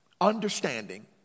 understanding